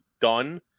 done